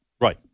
right